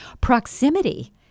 proximity